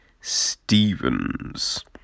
Stevens